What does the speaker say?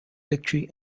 victory